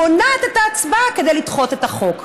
מונעת את ההצבעה כדי לדחות את החוק.